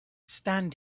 stand